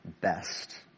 best